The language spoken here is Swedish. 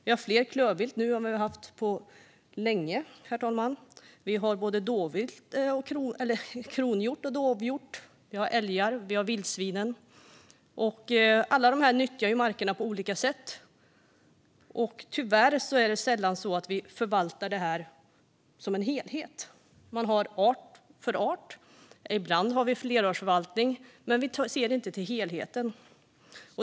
Det finns fler klövvilt än på länge; kronhjort, dovhjort, älgar och vildsvin. Alla nyttjar markerna på olika sätt. Tyvärr förvaltar vi sällan detta som en helhet. Det är art för art, ibland med flerårsförvaltning - men vi ser inte till helheten.